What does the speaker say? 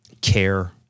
care